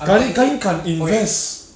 敢敢敢 invest